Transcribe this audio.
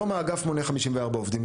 היום האגף מונה 54 עובדים,